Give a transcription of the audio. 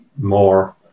more